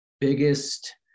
biggest